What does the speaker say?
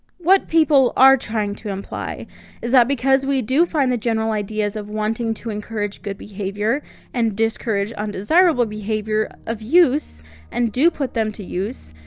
what people are trying to imply is that because we do find the general ideas of wanting to encourage good behavior and discourage undesirable behavior of use and do put them to use,